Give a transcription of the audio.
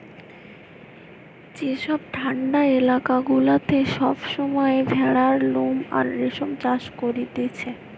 যেসব ঠান্ডা এলাকা গুলাতে সব সময় ভেড়ার লোম আর রেশম চাষ করতিছে